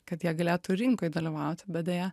kad jie galėtų rinkoj dalyvauti bet deja